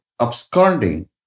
absconding